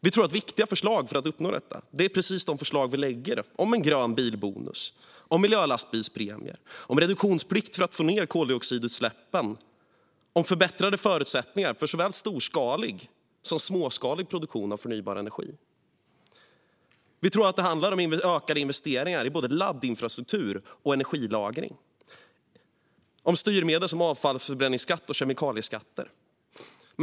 Vi tror att viktiga förslag för att uppnå detta är precis de förslag vi lägger fram om en grön bilbonus, om miljölastbilspremie, om reduktionsplikt för att få ned koldioxidutsläppen, om förbättrade förutsättningar för såväl storskalig som småskalig produktion av förnybar energi. Vi tror att det handlar om ökade investeringar i både laddinfrastruktur och energilagring och om styrmedel som avfallsförbränningsskatt och kemikalieskatter.